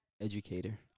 educator